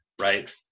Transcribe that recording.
right